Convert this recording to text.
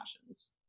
passions